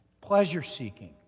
Pleasure-seeking